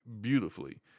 beautifully